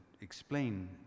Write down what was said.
explain